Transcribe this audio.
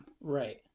Right